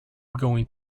going